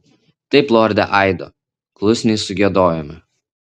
taip lorde aido klusniai sugiedojome